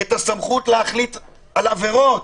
את הסמכות להחליט על עבירות,